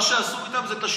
מה שעשו איתם זה תשלומים.